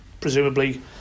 presumably